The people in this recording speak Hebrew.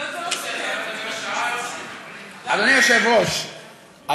אדוני היושב-ראש,